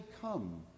come